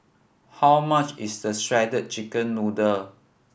how much is the shredded chicken noodle